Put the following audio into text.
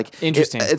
Interesting